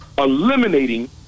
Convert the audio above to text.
eliminating